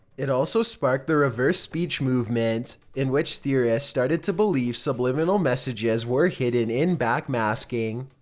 it also sparked the reverse speech movement, in which theorists started to believe subliminal messages were hidden in backmasking.